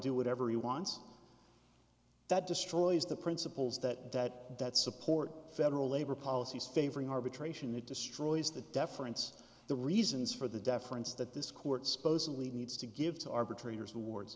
do whatever he wants that destroys the principles that that that support federal labor policies favoring arbitration it destroys the deference the reasons for the deference that this court supposedly needs to give to arbitrators awards